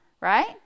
right